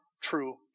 true